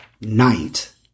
night